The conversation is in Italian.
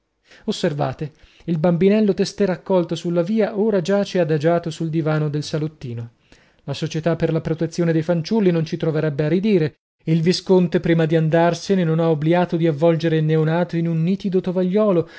osservate il bambinello testè raccolto sulla via ora giace adagiato sul divano del salottino la società per la protezione dei fanciulli non ci troverebbe a ridire il visconte prima di andarsene non ha obliato di avvolgere il neonato in un nitido tovagliolo